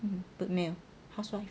um 没有 housewife